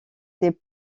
des